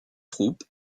troupes